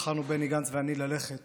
בחרנו בני גנץ ואני ללכת